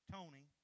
Tony